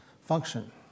function